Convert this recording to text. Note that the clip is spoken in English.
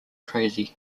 crazy